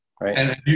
right